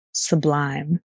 sublime